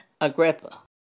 Agrippa